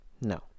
No